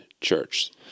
church